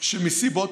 שמסיבות